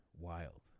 Wild